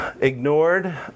ignored